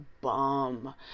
bum